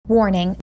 Warning